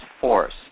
force